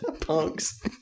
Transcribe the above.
punks